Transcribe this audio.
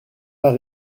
pas